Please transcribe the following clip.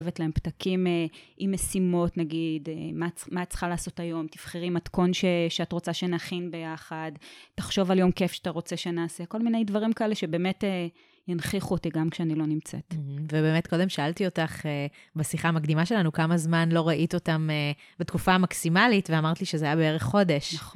כותבת להם פתקים עם משימות, נגיד, מה את צריכה לעשות היום, תבחרי מתכון שאת רוצה שנכין ביחד, תחשוב על יום כיף שאתה רוצה שנעשה, כל מיני דברים כאלה שבאמת ינכיחו אותי גם כשאני לא נמצאת. ובאמת קודם שאלתי אותך בשיחה המקדימה שלנו כמה זמן לא ראית אותם בתקופה המקסימלית, ואמרת לי שזה היה בערך חודש. נכון.